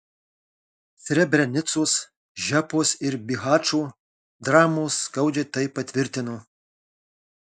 srebrenicos žepos ir bihačo dramos skaudžiai tai patvirtino